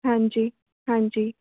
ਹਾਂਜੀ ਹਾਂਜੀ